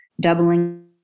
doubling